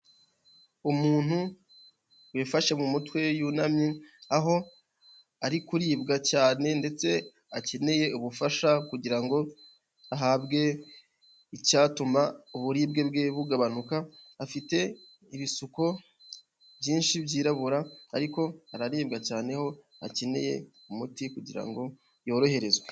Umuntu wifashe mu mutwe yunamye aho ari kuribwa cyane ndetse akeneye ubufasha kugira ngo ahabwe icyatuma uburibwe bwe bugabanuka, afite ibisuko byinshi byirabura ariko araribwa cyane aho akeneye umuti kugira ngo yoroherezwe.